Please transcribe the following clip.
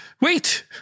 Wait